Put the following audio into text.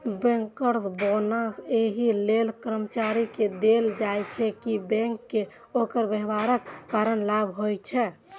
bankers bonus एहि लेल कर्मचारी कें देल जाइ छै, कि बैंक कें ओकर व्यवहारक कारण लाभ होइ छै